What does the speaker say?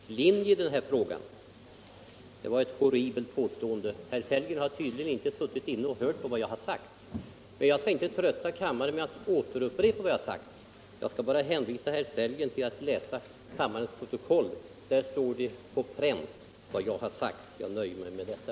Herr talman! Herr Sellgren säger att jag har avvikit från mitt partis linje i den här frågan. Det var ett horribelt påstående! Herr Sellgren har tydligen inte suttit i kammaren och hört på vad jag har sagt. Jag skall nu inte trötta kammaren med att upprepa det, utan jag vill bara hänvisa herr Sellgren till att läsa kammarens protokoll — där står det på pränt vad jag har yttrat. Jag nöjer mig med detta.